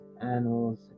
animals